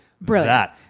Brilliant